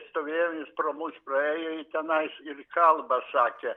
stovėjom jis pro mus praėjo ir tenais ir kalbą sakė